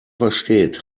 versteht